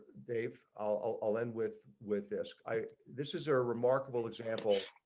they've all all and with with this i this is a remarkable example,